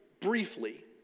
briefly